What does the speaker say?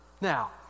Now